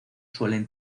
suelen